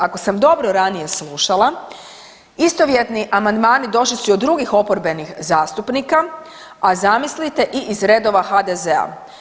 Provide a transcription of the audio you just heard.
Ako sam dobro ranije slušala istovjetni amandmani došli su i od drugih oporbenih zastupnika, a zamislite i iz redova HDZ-a.